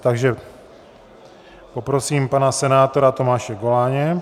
Takže poprosím pana senátora Tomáše Goláně.